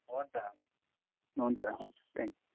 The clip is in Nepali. हुन्छ हुन्छ हुन्छ थ्याङ्क यू